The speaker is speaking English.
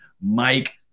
Mike